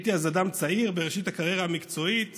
הייתי אז אדם צעיר בראשית הקריירה המקצועית